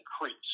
increase